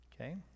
Okay